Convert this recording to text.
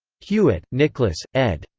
hewitt, nicholas, ed.